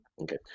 Okay